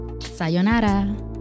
Sayonara